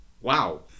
Wow